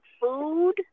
food